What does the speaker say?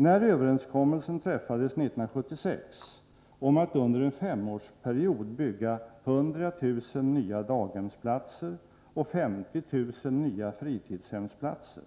När överenskommelsen träffades 1976 om att under en femårsperiod bygga 100 000 nya daghemsplatser och 50 000 nya fritidshemsplatser